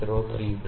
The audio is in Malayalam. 1 mm 0